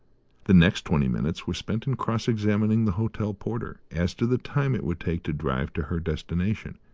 the next twenty minutes were spent in cross-examining the hotel porter as to the time it would take to drive to her destination,